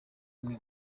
imwe